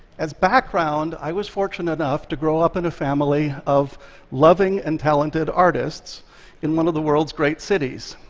as background, i was fortunate enough to grow up in a family of loving and talented artists in one of the world's great cities.